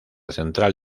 central